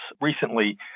recently